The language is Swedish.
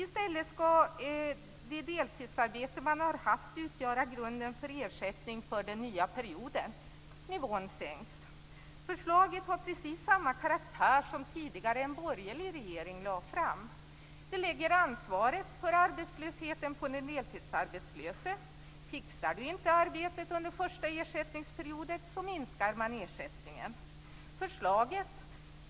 I stället skall det deltidsarbete man har haft utgöra grunden för ersättning för den nya perioden. Nivån sänks. Förslaget har precis samma karaktär som det som en borgerlig regering tidigare lade fram. Det lägger ansvaret för arbetslösheten på den deltidsarbetslöse. Fixar du inte arbete under första ersättningsperioden så minskar man ersättningen. Förslaget